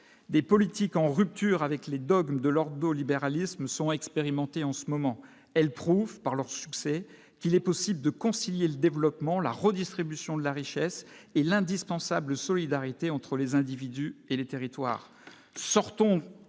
des politiques en rupture avec les dogmes de l'ordolibéralisme sont expérimentés en ce moment, elles prouvent par leur succès, qu'il est possible de concilier le développement, la redistribution de la richesse et l'indispensable solidarité entre les individus et les territoires